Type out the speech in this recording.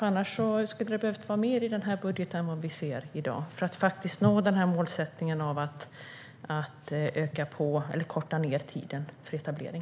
Annars skulle det behövas mer i budgeten än vad vi ser i dag för att nå målsättningen att korta tiden för etablering.